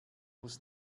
muss